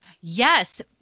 Yes